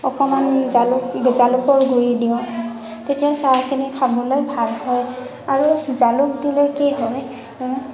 মই অকণমান জালুকৰ গুৰি দিওঁ তেতিয়া চাহখিনি খাবলৈ ভাল হয় আৰু জালুক দিলে কি হয়